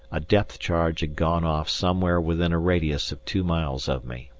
a depth-charge gone off somewhere within a radius of two miles of me.